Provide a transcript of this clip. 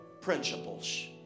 principles